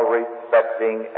respecting